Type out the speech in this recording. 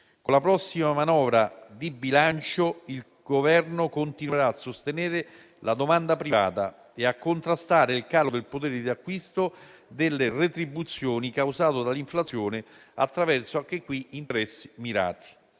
Con la prossima manovra di bilancio, il Governo continuerà a sostenere la domanda privata e a contrastare il calo del potere di acquisto delle retribuzioni causato dall'inflazione, attraverso interessi mirati.